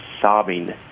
sobbing